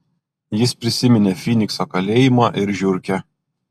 jis prisiminė fynikso kalėjimą ir žiurkę